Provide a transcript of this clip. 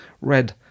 red